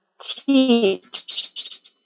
teach